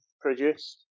produced